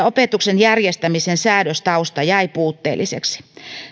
opetuksen järjestämisen säädöstausta jäi puutteelliseksi